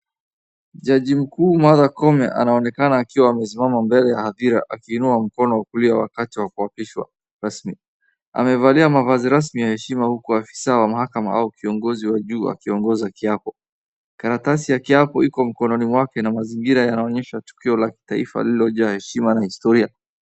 Jaji mkuu Martha Koome anaonekana akiwa amesimama mbele ya hadhira akiinua mkono wa kulia wakati wa kuapishwa ,rasmi. Amevalia mavazi rasmi ya heshima huku afisa wa mahakama au kiongozi wa juu akiongoza kiapo. Karatasi ya kiapo iko mkononi mwake na mazingira yanaonyesha tukio la kitaifa lilojaa heshima na historia.